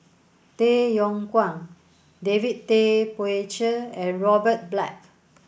Tay Yong Kwang David Tay Poey Cher and Robert Black